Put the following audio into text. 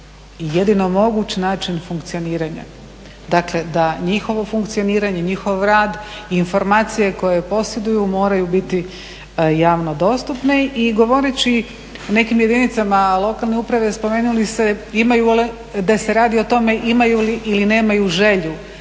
jedino moguć način funkcioniranja. Dakle da njihovo funkcioniranje i njihov rad informacije koje posjeduju moraju biti javno dostupni. I govoreći o nekim jedinicama lokalne uprave spomenuli ste da se radi o tome imaju li ili nemaju želju.